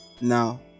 now